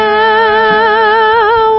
now